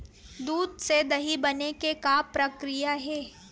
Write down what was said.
दूध से दही बने के का प्रक्रिया हे?